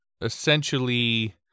essentially